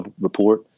report